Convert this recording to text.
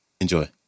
Enjoy